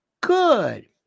good